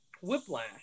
Whiplash